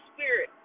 Spirit